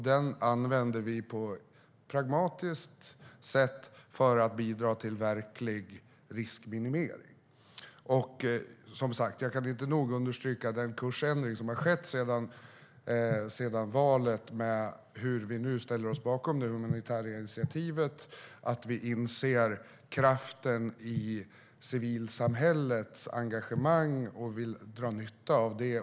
Den använder vi på ett pragmatiskt sätt för att bidra till verklig riskminimering. Som sagt, jag kan inte nog understryka den kursändring som har skett sedan valet. Nu ställer vi oss bakom det humanitära initiativet. Vi inser kraften i civilsamhällets engagemang och vill dra nytta av det.